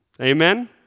Amen